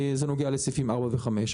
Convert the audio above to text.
זה נוגע לסעיפים 4 ו-5.